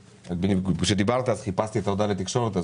כשדיברת חיפשתי את ההודעה לתקשורת.